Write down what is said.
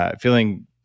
feeling